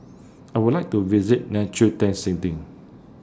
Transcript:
I Would like to visit Liechtenstein